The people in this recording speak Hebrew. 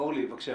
אורלי, בבקשה.